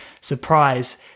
surprise